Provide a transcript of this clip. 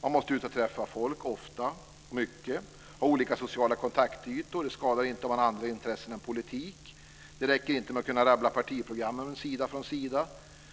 Man måste ut och träffa folk ofta och mycket. Man måste ha olika sociala kontaktytor. Det skadar inte om man har andra intressen än politik. Det räcker inte med att kunna rabbla partiprogrammen sida för sida.